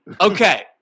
Okay